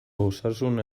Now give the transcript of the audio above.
osasun